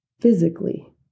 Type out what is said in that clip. physically